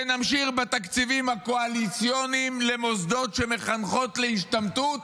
שנמשיך בתקציבים הקואליציוניים למוסדות שמחנכים להשתמטות?